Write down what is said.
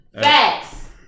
Facts